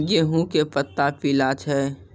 गेहूँ के पत्ता पीला छै?